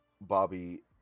Bobby